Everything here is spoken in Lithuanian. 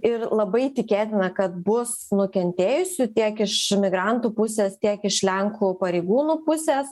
ir labai tikėtina kad bus nukentėjusių tiek iš imigrantų pusės tiek iš lenkų pareigūnų pusės